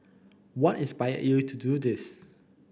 what inspired you to do this